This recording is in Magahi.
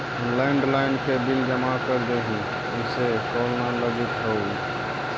लैंड्लाइन के बिल जमा कर देहीं, इसे कॉल न लगित हउ